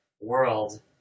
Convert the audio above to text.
world